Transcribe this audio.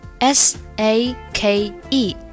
S-A-K-E